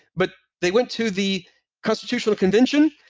but they went to the constitutional convention,